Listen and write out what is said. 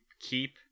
keep